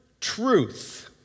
Truth